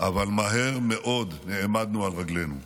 אבל נעמדנו מהר על רגלינו,